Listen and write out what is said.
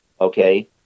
Okay